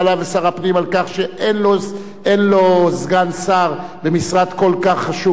הפנים שאין לו סגן שר במשרד כל כך חשוב,